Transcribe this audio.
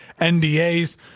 NDAs